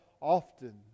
often